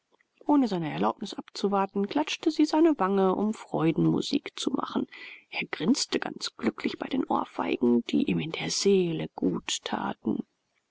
ohne seine erlaubnis abzuwarten klatschte sie seine wange um freudenmusik zu machen er grinste ganz glücklich bei den ohrfeigen die ihm in der seele gut taten